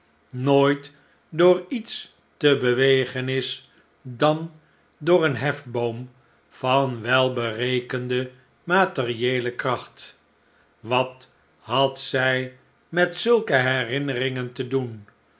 nooit door iets te bewegen is dan door een hefboom van welberekende materieele kracht wat had zij met zulke herinneringen te doen